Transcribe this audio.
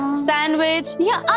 sandwich yeah ah